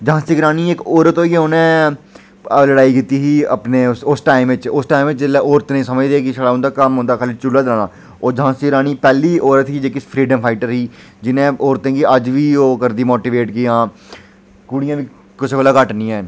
झांसी दी रानी इक औरत होइयै उनें लड़ाई कीती ही अपने अपने उस टाइम च उस टाइम च जेल्लै औरत गी समझदे कि छड़ा उं'दा कम्म होंदा खाल्ली चुल्ला जलाना ओह् झांसी दी रानी पैहली औरत ही जेह्की फ्रीडम फाइटर ही जिन्नै औरतें गी अज्ज बी ओह् करदी माटीवेट कि हां कुडियां बी कुसै कोला घट्ट नेईं हैन